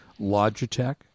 Logitech